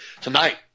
tonight